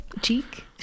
Cheek